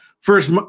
first